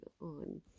on